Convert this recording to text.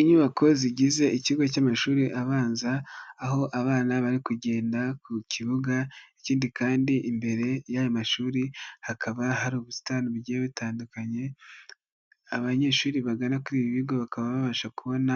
Inyubako zigize ikigo cy'amashuri abanza, aho abana bari kugenda ku kibuga, ikindi kandi imbere y'ayo mashuri hakaba hari ubusitani bugiye bitandukanye, abanyeshuri bagana kuri ibi bigo bakaba babasha kubona